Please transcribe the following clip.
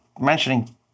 mentioning